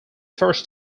first